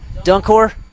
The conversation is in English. Dunkor